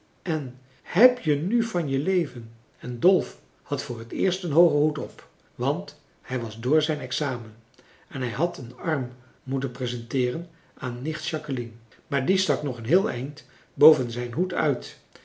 en heb je nu van je leven en dolf had voor het eerst een hoogen hoed op want hij was dr zijn examen en hij had een arm moeten presenteeren aan nicht jacqueline maar die stak nog een heel eind boven zijn hoed uit